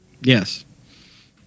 Yes